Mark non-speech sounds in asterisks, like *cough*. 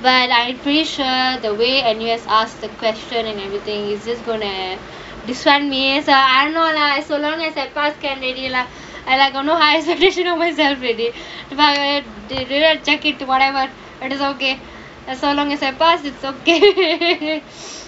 but I pretty sure the way N_U_S asked the question and everything is just going to this [one] me I don't know lah I so long as I pass can already lah I like got no high expectation of myself already did I check it tomorrow whatever is okay so long as I pass is okay *laughs*